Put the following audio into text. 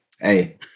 Hey